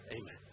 Amen